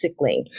sickling